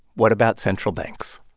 what about central banks?